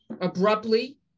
abruptly